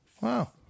Wow